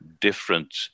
different